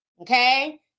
Okay